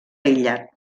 aïllat